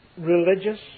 religious